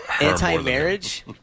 anti-marriage